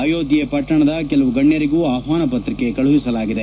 ಅಯೋಧ್ಯೆ ಪಟ್ಟಣದ ಕೆಲವು ಗಣ್ಯರಿಗೂ ಆಹ್ವಾನ ಪತ್ರಿಕೆ ಕಳುಹಿಸಲಾಗಿದೆ